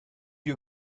you